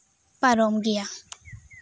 ᱯᱟᱨᱚᱢ ᱜᱮᱭᱟ